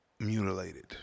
Mutilated